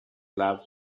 club